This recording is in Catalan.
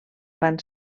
van